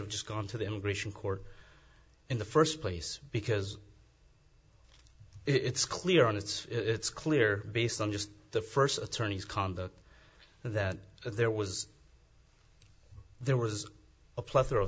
have just gone to the immigration court in the first place because it's clear on it's it's clear based on just the first attorneys conduct that there was there was a plethora